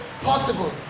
Possible